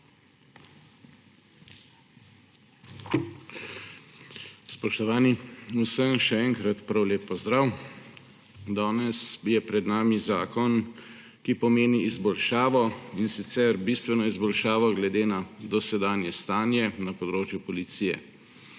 Spoštovani, vsem še enkrat prav lep pozdrav! Danes je pred nami zakon, ki pomeni izboljšavo, in sicer bistveno izboljšavo glede na dosedanje stanje na področju policije.